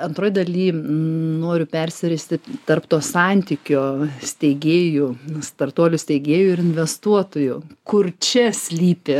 antroj daly noriu persiristi tarp to santykio steigėjų startuolių steigėjų ir investuotojų kur čia slypi